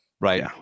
right